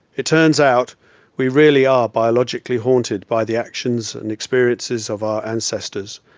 it turns out we really are biologically haunted by the actions and experiences of our ancestors,